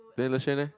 then Le-Shen leh